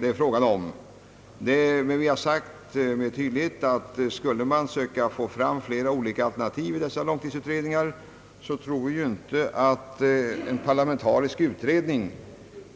Vi har dock klart deklarerat att om man vill få fram flera olika alternativ i dessa långtidsutredningar torde inte parlamentariska utredningar